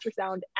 ultrasound